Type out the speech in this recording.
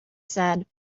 said